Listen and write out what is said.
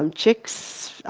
um chicks,